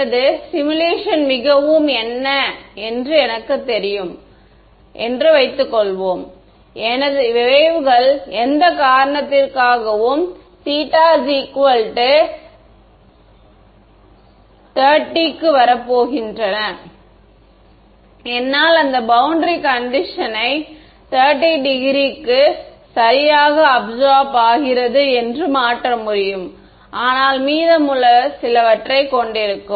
எனது சிமுலேஷன் மிகவும் என்ன என்று எனக்குத் தெரியும் என்று வைத்துக்கொள்வோம் என் வேவ்கள் எந்த காரணத்திற்காகவும் θ 30 க்கு வரப்போகின்றன என்னால் இந்த பௌண்டரி கண்டிஷன்னை 30 க்கு சரியாக அப்ஷார்ப் ஆகிறது என்று மாற்ற முடியும் ஆம் மீதமுள்ள சிலவற்றைக் கொண்டிருக்கும்